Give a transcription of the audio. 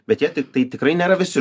bet jie tiktai tikrai nėra visi